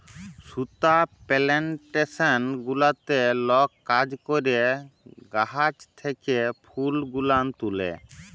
সুতা পেলেনটেসন গুলাতে লক কাজ ক্যরে গাহাচ থ্যাকে ফুল গুলান তুলে